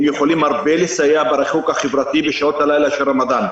הם יכולים הרבה לסייע בריחוק החברתי בשעות הלילה של הרמדאן.